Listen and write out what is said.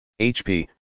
HP